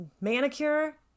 manicure